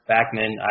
Backman